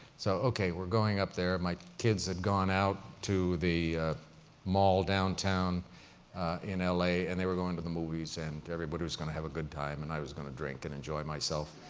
so, okay, we're going up there. my kids had gone out to the mall downtown in l a. and they were going to the movies and everybody was going to have a good time and i was going to drink and enjoy myself.